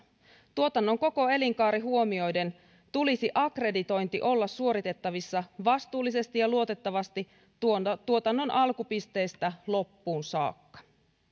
tuotannon koko elinkaari huomioiden tulisi akkreditoinnin olla suoritettavissa vastuullisesti ja luotettavasti tuotannon tuotannon alkupisteestä loppuun saakka